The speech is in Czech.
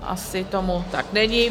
Asi tomu tak není.